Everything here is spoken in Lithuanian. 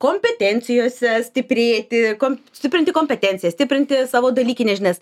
kompetencijose stiprėti kom stiprinti kompetencijas stiprinti savo dalykines žinias